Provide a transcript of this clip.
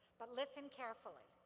but listen carefully.